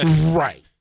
Right